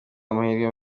amahirwe